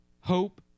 hope